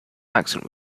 accent